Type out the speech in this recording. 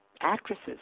Actresses